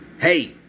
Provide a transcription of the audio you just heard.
Hey